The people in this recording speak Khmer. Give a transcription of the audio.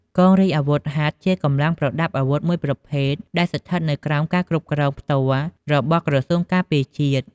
កងរាជអាវុធហត្ថជាកម្លាំងប្រដាប់អាវុធមួយប្រភេទដែលស្ថិតនៅក្រោមការគ្រប់គ្រងផ្ទាល់របស់ក្រសួងការពារជាតិ។